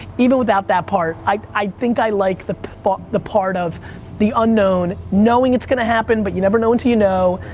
even without that part, i think i like the part the part of the unknown, knowing it's gonna happen but you never know until you know.